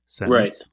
right